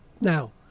Now